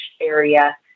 area